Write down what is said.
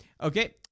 Okay